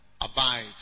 abide